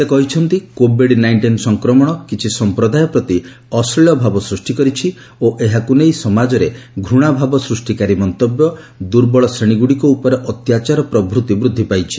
ସେ କହିଛନ୍ତି covid nineteen ସଂକ୍ରମଣ କିଛି ସମ୍ପ୍ରଦାୟ ପ୍ରତି ଅଶ୍ଳୀଳ ଭାବ ସୂଷ୍ଟି କରିଛି ଓ ଏହାକୁ ନେଇ ସମାଜରେ ଘୃଣାଭାବ ସୃଷ୍ଟିକାରୀ ମନ୍ତବ୍ୟ ଦୁର୍ବଳ ଶ୍ରେଣୀଗୁଡ଼ିକ ଉପରେ ଅତ୍ୟାଚାର ପ୍ରଭୃତି ବୃଦ୍ଧି ପାଇଛି